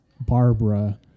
Barbara